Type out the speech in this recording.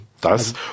Das